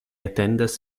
atendas